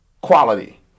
quality